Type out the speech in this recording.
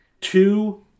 Two